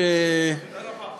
היא לא נוכחת.